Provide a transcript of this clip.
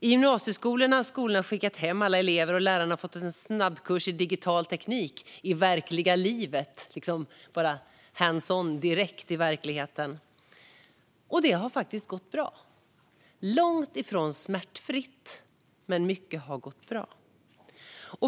I gymnasieskolan har skolorna skickat hem alla elever, och lärarna har fått en snabbkurs i digital teknik i verkliga livet - hands-on, direkt i verkligheten. Och det har faktiskt gått bra! Det har varit långt ifrån smärtfritt, men mycket har gått bra.